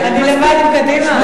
אני לבד עם קדימה.